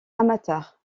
amateurs